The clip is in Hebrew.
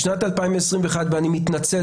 בשנת 2021 ואני מתנצל,